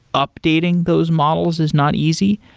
updating those models is not easy.